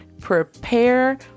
Prepare